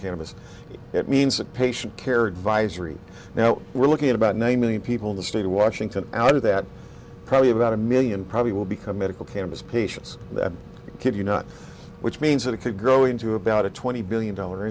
cannabis it means a patient care advisory now we're looking at about nine million people in the state of washington out of that probably about a million probably will become medical cannabis patients that kid you not which means that it could grow into about a twenty billion dollar